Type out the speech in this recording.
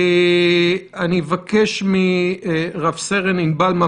איך אתם קובעים שבן אדם הינו סיכון ביטחוני?